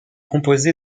composé